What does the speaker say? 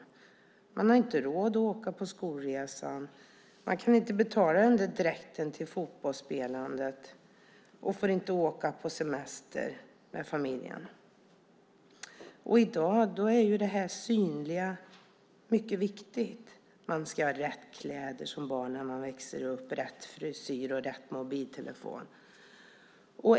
Barnen har inte råd att vara med på skolresan. Man kan inte betala dräkten till fotbollsspelandet. Barnen får inte åka på semester med familjen. I dag är det synliga mycket viktigt. Man ska som barn ha de rätta kläderna när man växer upp. Man ska ha rätt frisyr och rätt mobiltelefon.